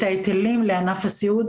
את ההיטלים לענף הסיעוד